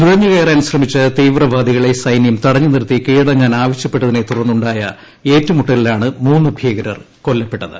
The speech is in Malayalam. നുഴഞ്ഞ് കയറാൻ ശ്രമിച്ച തീവ്രവാദികളെ സൈന്യം തടഞ്ഞ് നിർത്തി കീഴടങ്ങാൻ ആവശ്യപ്പെട്ടതിനെ തുടർന്ന് ഉണ്ടായ ഏറ്റുമുട്ടലിലാണ് മൂന്ന് ഭീകരർ കൊല്ലപ്പെട്ടത്